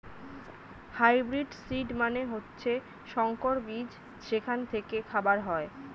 hybrid seed মানে হচ্ছে সংকর বীজ যেখান থেকে খাবার হয়